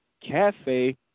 Cafe